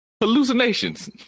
Hallucinations